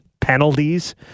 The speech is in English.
penalties